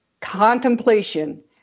contemplation